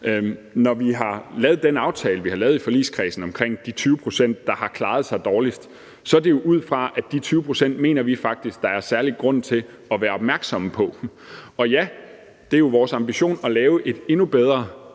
Når vi har lavet den aftale, vi har lavet i forligskredsen, om de 20 pct., der har klaret sig dårligst, er det jo ud fra, at de 20 pct. mener vi faktisk at der er særlig grund til at være opmærksomme på. Og ja, det er jo vores ambition at lave et endnu bedre